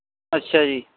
ਅੱਛਾ ਜੀ